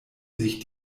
sich